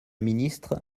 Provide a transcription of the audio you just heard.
ministre